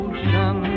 Ocean